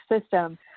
system